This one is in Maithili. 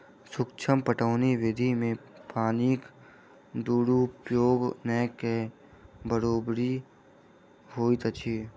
सूक्ष्म पटौनी विधि मे पानिक दुरूपयोग नै के बरोबरि होइत अछि